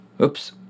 Oops